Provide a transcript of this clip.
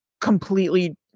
completely